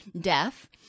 deaf